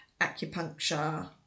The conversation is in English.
acupuncture